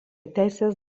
teisės